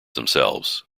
themselves